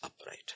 upright